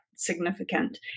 Significant